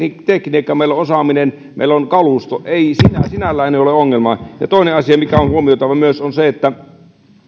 tekniikka meillä on osaaminen meillä on kalusto sinällään ei ole ongelmaa toinen asia mikä on huomioitava myös on se että